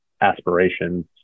aspirations